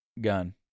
gun